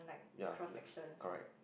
ya the correct